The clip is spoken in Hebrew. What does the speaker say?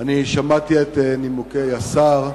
אני שמעתי את נימוקי השר,